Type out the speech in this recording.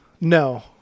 No